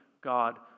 God